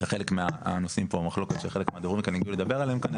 זה חלק מהנושאים פה במחלוקת שחלק מהדוברים כאן הגיעו לדבר עליהם כאן,